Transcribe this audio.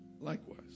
likewise